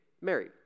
married